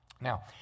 Now